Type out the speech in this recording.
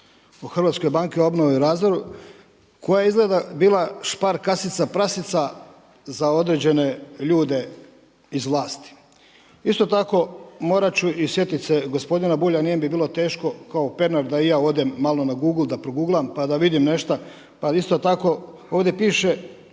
o Hrvatskoj banci za obnovu i razvoj koja je izgleda bila špar kasica prasica za određene ljude iz vlasti. Isto tako morat ću i sjetit se gospodina Bulja, nije mi bilo teško kao Pernar da i ja odem malo na Google, da proguglam, pa da vidim nešta. Pa isto tako ovdje piše